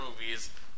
movies